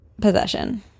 possession